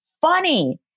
funny